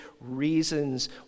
reasons